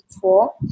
four